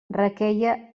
requeia